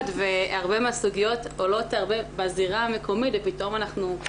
והרבה מהסוגיות עולות בזירה המקומית ופתאום אנחנו,